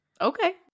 Okay